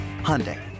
Hyundai